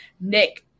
Nick